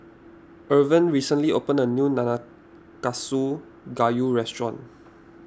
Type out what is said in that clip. Irven recently opened a new Nanakusa Gayu restaurant